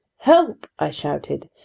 help! i shouted,